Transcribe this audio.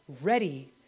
ready